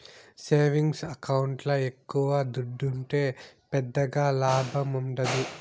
savings ఎకౌంట్ల ఎక్కవ దుడ్డుంటే పెద్దగా లాభముండదు